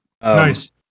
Nice